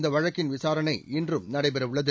இந்த வழக்கின் விசாரணை இன்றும் நடைபெறவுள்ளது